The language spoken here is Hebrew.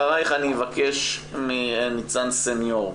אחריך אני אבקש מניצן סניור.